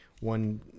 one